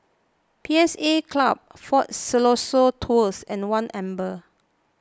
P S A Club fort Siloso Tours and one Amber